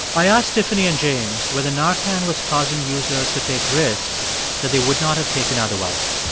i asked tiffany and james whether narcan was causing users to take risks that they would not have taken otherwise.